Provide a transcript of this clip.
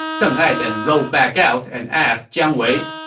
deng ai then rode back out and asked jiang wei,